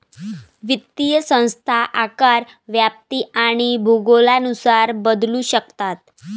वित्तीय संस्था आकार, व्याप्ती आणि भूगोलानुसार बदलू शकतात